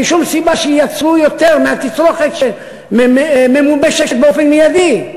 אין שום סיבה שייצרו יותר מהתצרוכת שממומשת באופן מיידי.